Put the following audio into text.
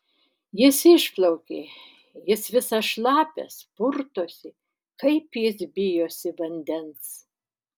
jis išplaukė jis visas šlapias purtosi kaip jis bijosi vandens